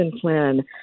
plan